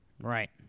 right